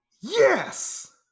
yes